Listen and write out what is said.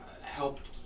helped